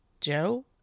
joe